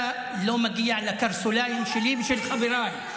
אתה לא מגיע לקרסוליים שלי ושל חבריי.